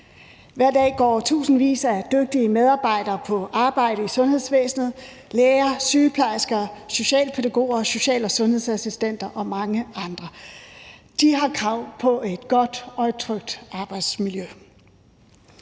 Hver dag går tusindvis af dygtige medarbejdere på arbejde i sundhedsvæsenet: læger, sygeplejersker socialpædagoger, social- og sundhedsassistenter og mange andre. De har krav på et godt og trygt arbejdsmiljø.